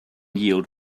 yield